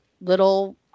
little